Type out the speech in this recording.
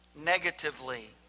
negatively